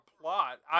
plot